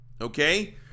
Okay